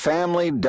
Family